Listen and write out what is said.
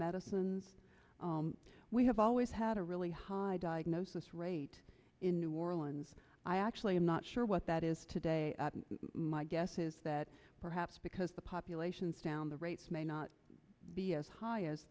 medicines we have always had a really high diagnosis rate in new orleans i actually i'm not sure what that is today my guess is that perhaps because the populations down the rates may not be as high as